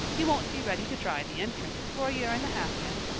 you won't be ready to try the entrance for a year and a half yet.